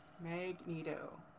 Magneto